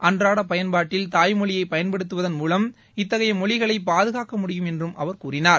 அன்றாட பயன்பாட்டில் தாய்மொழியை பயன்படுத்துவதன் மூலம் இத்தகைய மொழிகளை பாதுகாக்க முடியும் என்று அவர் கூறினார்